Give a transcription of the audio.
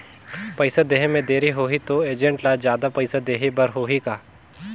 पइसा देहे मे देरी होही तो एजेंट ला जादा पइसा देही बर होही का?